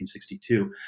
1962